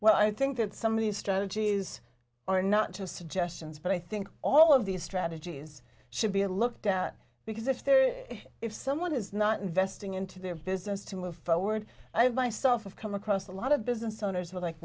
well i think that some of these strategies are not just suggestions but i think all of these strategies should be looked at because if they're if someone is not investing into their business to move forward i myself have come across a lot of business owners were like